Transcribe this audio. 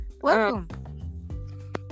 Welcome